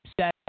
set